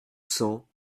cents